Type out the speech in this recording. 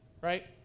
Right